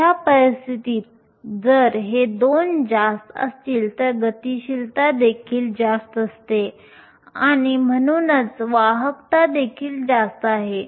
अशा परिस्थितीत जर हे दोन जास्त असतील तर गतिशीलता देखील जास्त असते आणि म्हणूनच वाहकता देखील जास्त आहे